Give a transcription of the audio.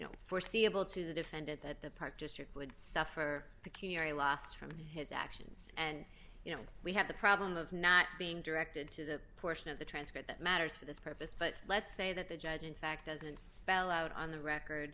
know foreseeable to the defendant that the park district would suffer a loss from his actions and you know we have the problem of not being directed to the portion of the transcript that matters for this purpose but let's say that the judge in fact doesn't spell out on the record